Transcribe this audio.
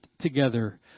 together